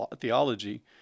theology